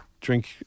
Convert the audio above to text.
drink